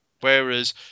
whereas